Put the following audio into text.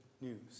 news